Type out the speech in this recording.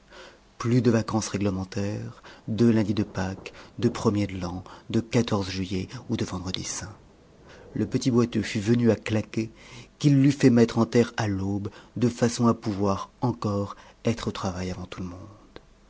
plus de vacances réglementaires de lundi de pâques de premier de l'an de juillet ou de vendredi saint le petit boiteux fût venu à claquer qu'il l'eût fait mettre en terre à l'aube de façon à pouvoir encore être au travail avant tout le monde